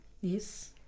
Yes